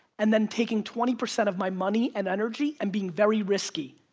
and then taking twenty percent of my money and energy and being very risky,